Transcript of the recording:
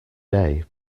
day